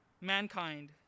Mankind